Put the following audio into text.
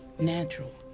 natural